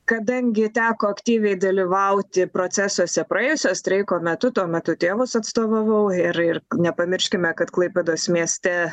kadangi teko aktyviai dalyvauti procesuose praėjusio streiko metu tuo metu tėvus atstovavau ir ir nepamirškime kad klaipėdos mieste